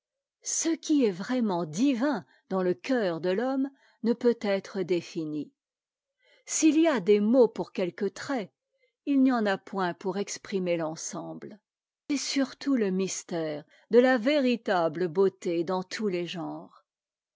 ce qui est vraiment divin dans e eœur de l'homme ne peut être défini s'il y a des mots pour quelques traits il n'y en a point pour exprimer l'ensemble et surtout le mystère de la véritable beauté dans tous tes genres